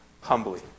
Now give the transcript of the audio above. Humbly